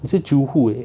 is it jiu hu eh